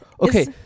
Okay